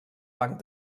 banc